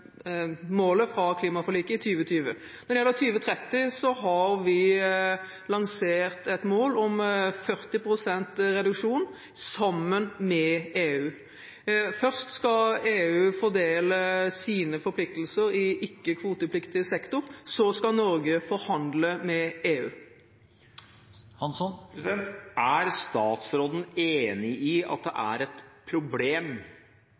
målet fra klimaforliket i 2020. Når det gjelder 2030, har vi lansert et mål om 40 pst. reduksjon, sammen med EU. Først skal EU fordele sine forpliktelser i ikke-kvotepliktig sektor, så skal Norge forhandle med EU. Er statsråden enig i at det er et problem